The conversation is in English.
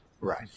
Right